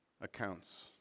accounts